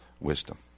wisdom